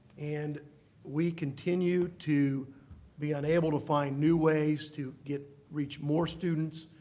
and we continue to be unable to find new ways to get reach more students,